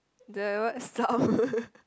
the word